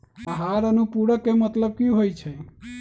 आहार अनुपूरक के मतलब की होइ छई?